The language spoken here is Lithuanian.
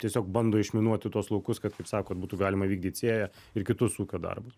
tiesiog bando išminuoti tuos laukus kad kaip sakot būtų galima įvykdyt sėją ir kitus ūkio darbus